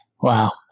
Wow